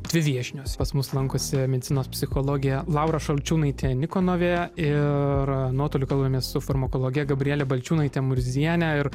dvi viešnios pas mus lankosi medicinos psichologė laura šalčiūnaitė nikonovė ir nuotoliu kalbamės su farmakologe gabriele balčiūnaite murziene ir